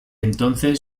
entonces